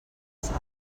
sal